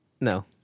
No